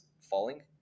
falling